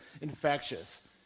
infectious